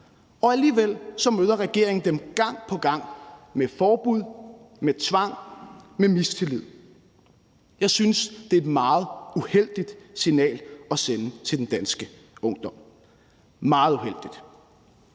og alligevel møder regeringen dem gang på gang med forbud, med tvang, med mistillid. Jeg synes, det er et meget uheldigt signal at sende til den danske ungdom – meget uheldigt.